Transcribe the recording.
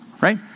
Right